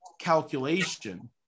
calculation